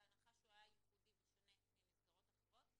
בהנחה שהוא היה ייחודי ושונה ממסגרות אחרות,